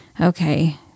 okay